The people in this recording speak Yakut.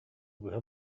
быһа